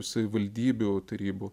savivaldybių tarybų